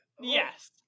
Yes